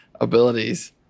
abilities